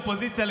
אופוזיציה,